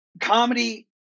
comedy